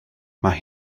mae